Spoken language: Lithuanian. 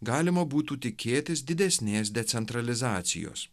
galima būtų tikėtis didesnės decentralizacijos